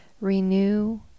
renew